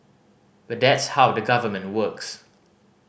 but that's how the Government works